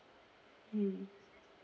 mm